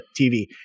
TV